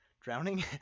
drowning